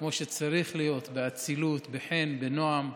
כמו שצריך להיות, באצילות, בחן, בנועם,